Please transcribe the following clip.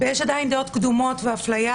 יש עדיין דעות קדומות ואפליה,